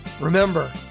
Remember